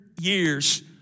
years